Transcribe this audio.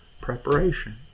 preparation